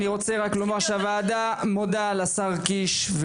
אני רוצה לומר שהוועדה מודה לשר קיש,